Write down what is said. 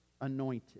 anointed